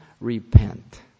Repent